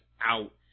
out